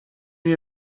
you